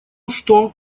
что